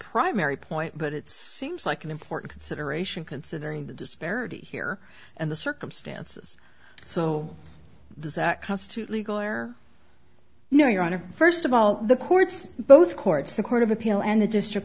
primary point but it's seems like an important consideration considering the disparity here and the circumstances so does that constitute legal or no your honor first of all the courts both courts the court of appeal and the district